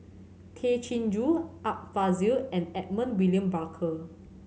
Tay Chin Joo Art Fazil and Edmund William Barker